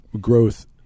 growth